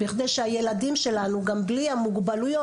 בכדי שהילדים שלנו גם בלי המוגבלויות,